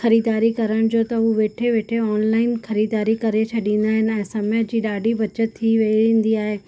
ख़रीदारी करण जो त हू वेठे वेठे ऑनलाइन ख़रीदारी करे छॾींदा आहिनि ऐं समय जी ॾाढी बचति थी वेंदी आहे